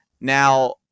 now